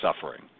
suffering